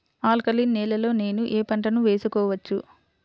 Alkaline నేలలో నేనూ ఏ పంటను వేసుకోవచ్చు?